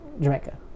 Jamaica